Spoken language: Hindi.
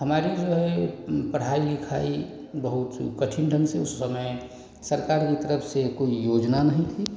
हमारी जो है पढ़ाई लिखाई बहुत ही कठिन ढंग से उस समय सरकार की तरफ़ से कोई योजना नहीं थी